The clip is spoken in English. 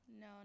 No